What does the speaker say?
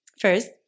First